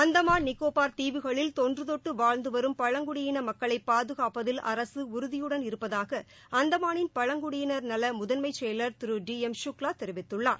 அந்தமான் நிகோபார் தீவுகளில் தொன்றுதொட்டு வாழ்ந்து வரும் பழங்குடியின மக்களை பாதுகாப்பதில் அரசு உறுதியுடன் இருப்பதாக அந்தமானின் பழங்குடியினர் நல முதன்மை செயலர் திரு டி எம் சுக்லா தெரிவித்துள்ளார்